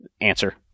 Answer